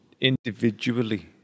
individually